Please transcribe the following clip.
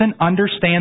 understand